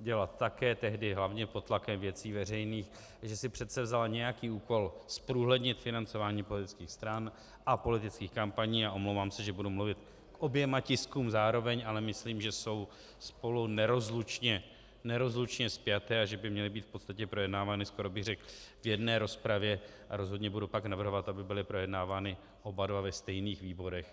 dělat také, tehdy hlavně pod tlakem Věcí veřejných, že si předsevzala nějaký úkol zprůhlednit financování politických stran a politických kampaní, a omlouvám se, že budu mluvit k oběma tiskům zároveň, ale myslím, že jsou spolu nerozlučně spjaté a že by měly být v podstatě projednávány skoro bych řekl v jedné rozpravě, a rozhodně budu pak navrhovat, aby byly projednávány oba ve stejných výborech.